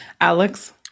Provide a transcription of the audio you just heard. Alex